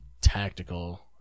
tactical